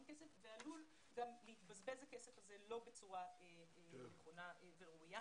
כסף והוא עלול לבזבז את הכסף הזה לא בצורה נכונה וראויה.